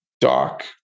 dark